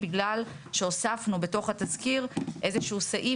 בגלל שהוספנו בתוך התזכיר איזשהו סעיף